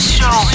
Show